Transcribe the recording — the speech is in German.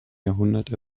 jahrhundert